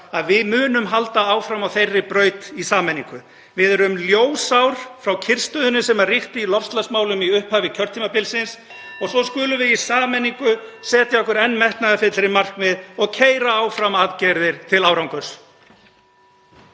að við munum halda áfram á þeirri braut í sameiningu. Við erum ljósár frá kyrrstöðunni sem ríkti í loftslagsmálum í upphafi kjörtímabilsins (Forseti hringir.) og svo skulum við í sameiningu setja okkur enn metnaðarfyllri markmið og keyra áfram aðgerðir til árangurs.